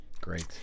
Great